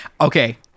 Okay